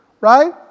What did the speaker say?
Right